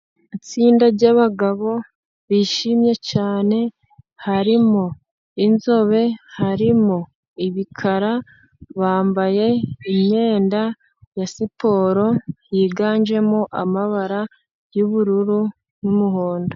Itsinda ry'abagabo bishimye cyane, harimo inzobe, harimo ibikara, bambaye imyenda ya siporo, yiganjemo amabara y'ubururu n'umuhondo.